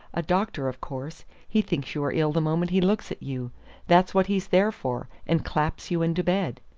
a doctor, of course he thinks you are ill the moment he looks at you that's what he's there for and claps you into bed.